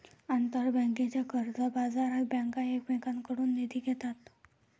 आंतरबँकेच्या कर्जबाजारात बँका एकमेकांकडून निधी घेतात